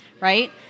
right